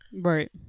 Right